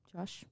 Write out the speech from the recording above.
Josh